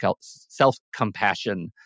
self-compassion